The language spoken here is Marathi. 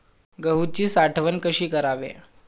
गहूची साठवण कशी करावी?